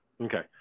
Okay